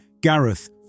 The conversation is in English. Gareth